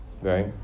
right